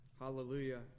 hallelujah